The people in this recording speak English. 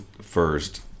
first